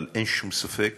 אבל אין שום ספק